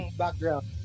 background